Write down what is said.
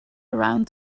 around